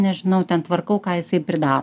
nežinau ten tvarkau ką jisai pridaro